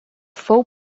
fou